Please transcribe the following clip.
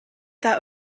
that